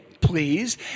please